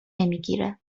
نمیگیره